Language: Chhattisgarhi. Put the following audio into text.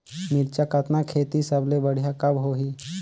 मिरचा कतना खेती सबले बढ़िया कब होही?